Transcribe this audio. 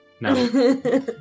No